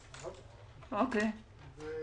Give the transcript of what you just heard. משקיעים בהן,